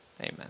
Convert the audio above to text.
Amen